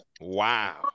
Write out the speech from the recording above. Wow